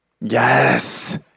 Yes